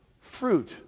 fruit